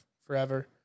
forever